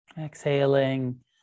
Exhaling